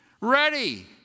ready